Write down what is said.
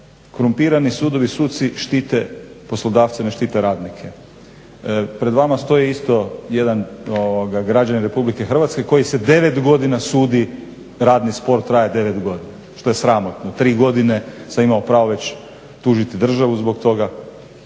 Korumpirani sudovi, suci, štite poslodavca, ne štite radnike. Pred vama stoji isto jedan građanin Republike Hrvatske koji se 9 godina sudi, radni spor traje 9 godina, što je sramotno. 3 godine sam imao pravo već tužiti državu zbog toga.